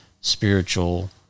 spiritual